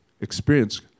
experience